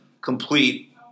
complete